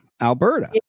Alberta